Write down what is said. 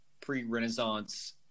pre-Renaissance